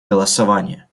голосование